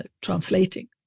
translating